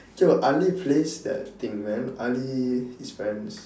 ya ali plays that thing man ali his friends